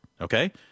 Okay